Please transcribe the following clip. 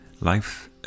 life